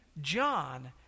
john